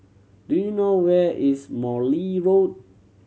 do you know where is Morley Road